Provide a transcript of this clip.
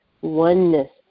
oneness